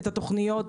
את התוכניות,